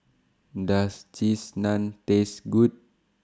Does Cheese Naan Taste Good